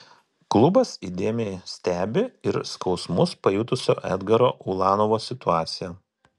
klubas įdėmiai stebi ir skausmus pajutusio edgaro ulanovo situaciją